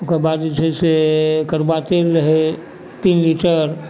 ओकर बाद जे छै से कड़ुआ तेल रहै तीन लीटर